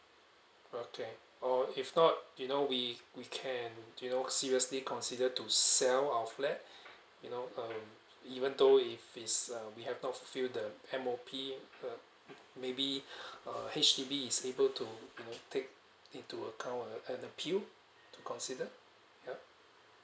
okay oh if not you know we we can you know seriously considered to sell our flat you know um even though if is uh we have not fail the M_O_P uh maybe uh H_D_B is able to you know take into account an~ and appeal to consider yup